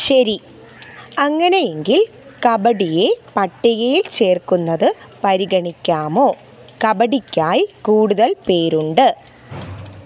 ശരി അങ്ങനെയെങ്കിൽ കബഡിയെ പട്ടികയിൽ ചേർക്കുന്നത് പരിഗണിക്കാമോ കബഡിക്കായി കൂടുതൽ പേരുണ്ട്